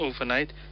overnight